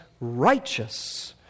righteous